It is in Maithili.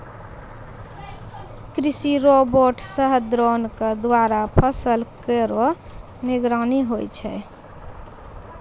कृषि रोबोट सह द्रोण क द्वारा फसल केरो निगरानी होय छै